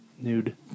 Nude